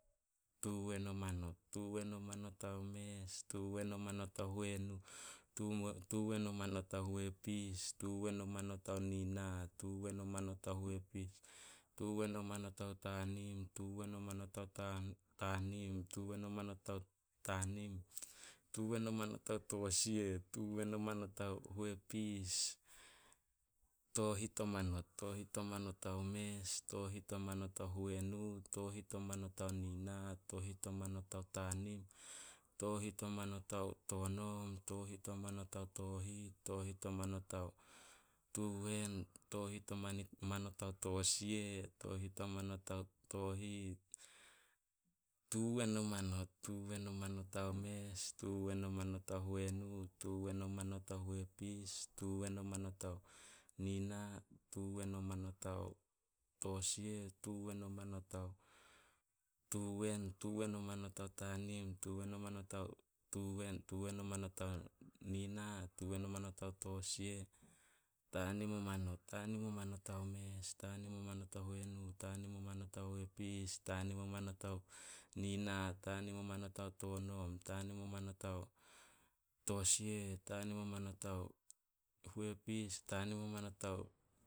Tuwen o manot, Tuwen o manot ao mes, Tuwen o manot ao huenu, Tuwen o manot ao huepis, Tuwen o manot ao nina.